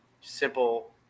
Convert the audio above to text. Simple